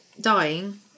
dying